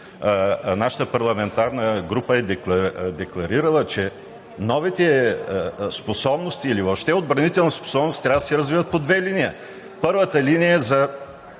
Нашата парламентарна група е декларирала, че новите способности или въобще отбранителните способности трябва да се развиват по две линии. Първата линия е за